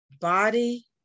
body